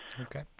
Okay